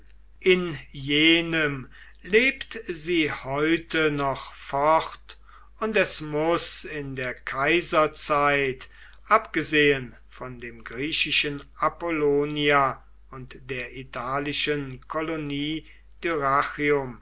in jenem lebt sie heute noch fort und es muß in der kaiserzeit abgesehen von dem griechischen apollonia und der italischen kolonie